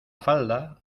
falda